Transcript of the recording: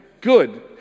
Good